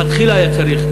מלכתחילה זה היה צריך להיות.